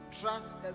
Trust